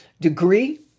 degree